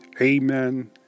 Amen